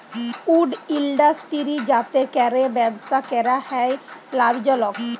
would industry যাতে ক্যরে ব্যবসা ক্যরা হ্যয় লাভজলক